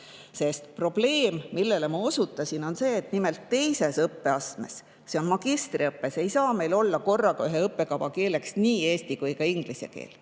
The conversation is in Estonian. keel. Probleem, millele ma osutasin, on see, et nimelt teises õppeastmes, see on magistriõppes, ei saa meil olla korraga ühe õppekava keeleks nii eesti kui ka inglise keel.